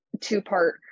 two-part